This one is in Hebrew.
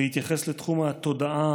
בהתייחס לתחום התודעה,